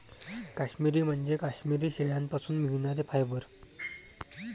काश्मिरी म्हणजे काश्मिरी शेळ्यांपासून मिळणारे फायबर